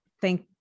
Thank